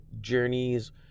journeys